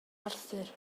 arthur